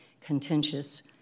contentious